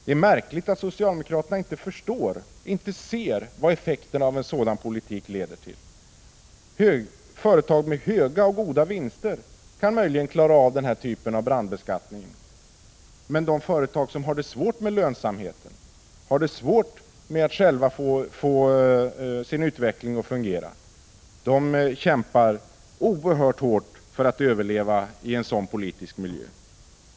Det är märkligt att socialdemokraterna inte förstår, inte ser vad effekten av en sådan politik blir. Företag med höga och goda vinster kan möjligen klara denna typ av brandskattning, men de företag som har det svårt med lönsamheten, som har det svårt med utvecklingen, kämpar oerhört hårt för att överleva i en sådan politisk miljö.